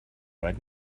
right